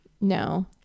No